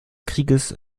krieges